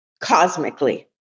cosmically